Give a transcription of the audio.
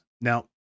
Now